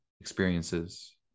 experiences